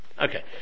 Okay